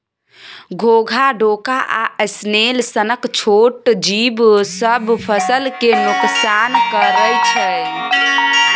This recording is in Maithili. घोघा, डोका आ स्नेल सनक छोट जीब सब फसल केँ नोकसान करय छै